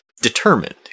determined